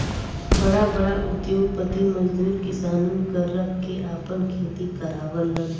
बड़ा बड़ा उद्योगपति मजदूर किसानन क रख के आपन खेती करावलन